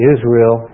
Israel